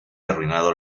arruinado